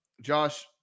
Josh